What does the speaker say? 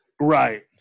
Right